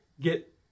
get